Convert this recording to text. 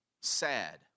sad